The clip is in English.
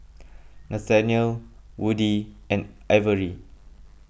Nathaniel Woody and Averi